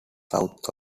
south